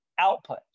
output